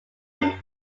had